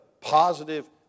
positive